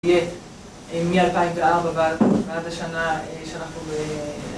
יהיה מ-2004 ועד השנה שאנחנו ב...